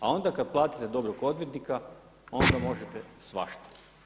A onda kada platite dobrog odvjetnika onda možete svašta.